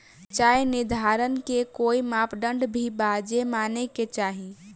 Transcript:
सिचाई निर्धारण के कोई मापदंड भी बा जे माने के चाही?